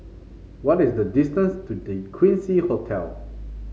what is the distance to The Quincy Hotel